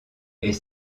est